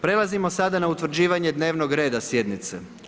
Prelazimo sada na utvrđivanje dnevnog reda sjednice.